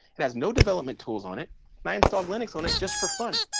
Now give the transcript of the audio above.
it has no development tools on it and i installed linux on it just for fun.